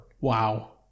wow